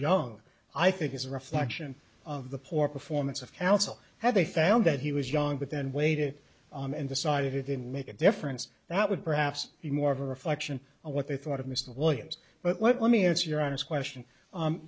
young i think is a reflection of the poor performance of counsel had they found that he was young but then waited and decided it didn't make a difference that would perhaps be more of a reflection of what they thought of mr williams but let me answer your honest question